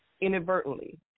inadvertently